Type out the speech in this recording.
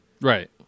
Right